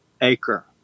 acre